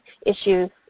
issues